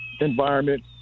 environment